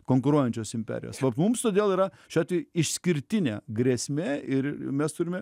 konkuruojančios imperijos vat mums todėl yra šiuo atveju išskirtinė grėsmė ir mes turime